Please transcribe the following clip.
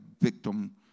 victim